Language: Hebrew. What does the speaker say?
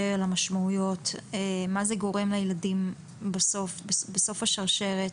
על המשמעויות מה זה גורם לילדים בסוף השרשרת,